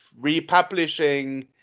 republishing